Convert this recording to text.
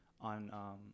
on